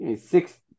six